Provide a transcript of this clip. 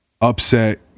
upset